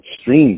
streams